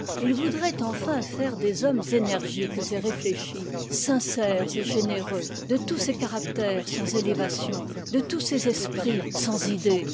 ils voudraient enfin faire des hommes énergiques et réfléchis sincères et généreux de tous ces caractères sans élévation de tous ces esprits sans idées